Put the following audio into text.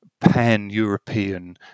pan-European